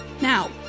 Now